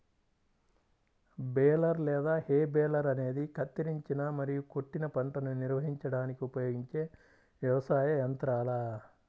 baler లేదా hay baler అనేది కత్తిరించిన మరియు కొట్టిన పంటను నిర్వహించడానికి ఉపయోగించే వ్యవసాయ యంత్రాల